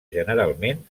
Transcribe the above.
generalment